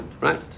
right